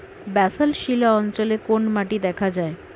Basalt শিলা অঞ্চলে কোন মাটি দেখা যায়?